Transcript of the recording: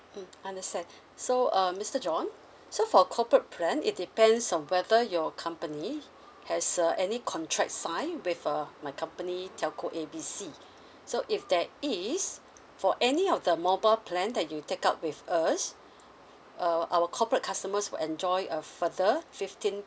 mm understand so um mister john so for corporate plan it depends on whether your company has uh any contract sign with uh my company telco A B C so if there is for any of the mobile plan that you take up with us uh our corporate customers will enjoy a further fifteen